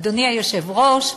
אדוני היושב-ראש,